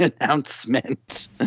announcement